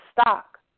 stock